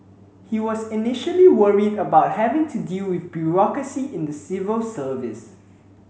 he was initially worried about having to deal with bureaucracy in the civil service